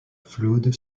flood